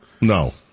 No